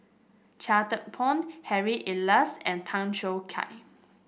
Chia Thye Poh Harry Elias and Tan Choo Kai